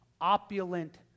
opulent